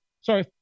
Sorry